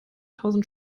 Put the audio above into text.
tausend